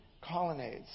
colonnades